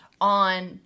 on